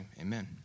Amen